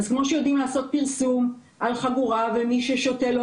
אז כמו שיודעים לעשות פרסום על כך שמי ששותה לא